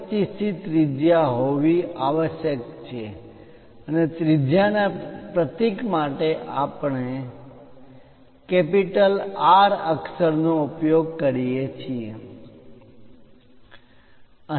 25 ની ત્રિજ્યા હોવી આવશ્યક છે અને ત્રિજ્યા ના પ્રતીક માટે આપણે R અક્ષરનો ઉપયોગ કરીએ છીએ